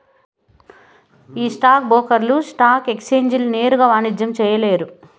ఈ స్టాక్ బ్రోకర్లు స్టాక్ ఎక్సేంజీల నేరుగా వాణిజ్యం చేయలేరు